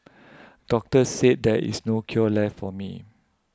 doctors said there is no cure left for me